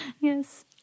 Yes